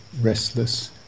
restless